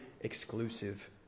exclusive